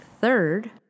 third